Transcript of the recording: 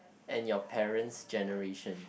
and your parents generation